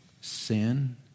sin